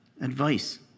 advice